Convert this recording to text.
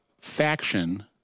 faction